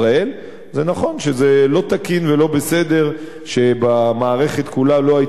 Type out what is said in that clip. זה נכון שזה לא תקין ולא בסדר שבמערכת כולה לא היתה התגייסות.